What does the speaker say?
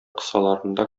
кысаларында